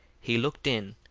he looked in,